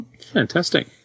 Fantastic